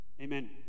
Amen